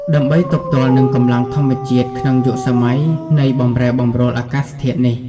ដើម្បីទប់ទល់នឹងកម្លាំងធម្មជាតិក្នុងយុគសម័យនៃបម្រែបម្រួលអាកាសធាតុនេះ។